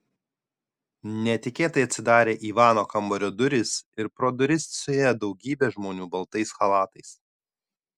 netikėtai atsidarė ivano kambario durys ir pro duris suėjo daugybė žmonių baltais chalatais